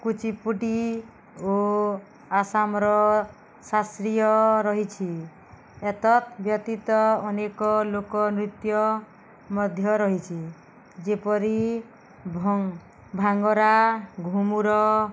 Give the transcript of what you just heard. କୁଚିପୁଡ଼ି ଓ ଆସାମର ଶାଶ୍ରୀୟ ରହିଛି ଏତତ୍ ବ୍ୟତୀତ ଅନେକ ଲୋକନୃତ୍ୟ ମଧ୍ୟ ରହିଛି ଯେପରି ଭାଙ୍ଗଡ଼ା ଘୁମୁର